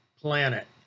planet